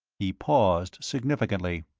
he paused significantly.